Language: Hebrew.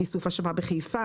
איסוף אשפה בחיפה,